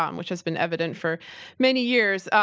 um which has been evident for many years,